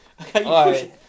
Okay